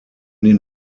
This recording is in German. den